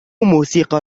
موسيقى